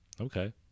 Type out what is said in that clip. Okay